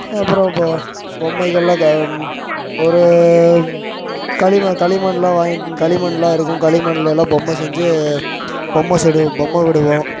அப்புறம் இப்போது பொம்மைகளெலாம் கா ஒரு களிம களிமண்லாம் வாங்கிட்டு களிமண்லாம் இருக்கும் களிமண்லேலாம் பொம்மை செஞ்சு பொம்மை சைடு பொம்மை விடுவோம்